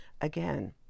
again